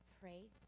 pray